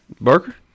Barker